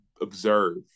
Observe